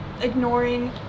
ignoring